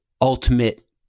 ultimate